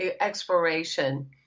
exploration